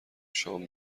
شام